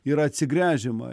yra atsigręžiama